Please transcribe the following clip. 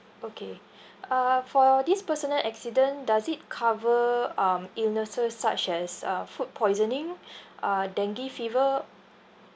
okay uh for this personal accident does it cover um illnesses such as uh food poisoning uh dengue fever